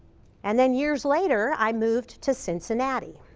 and then years later, i moved to cincinnati.